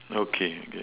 okay okay